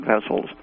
vessels